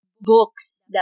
Books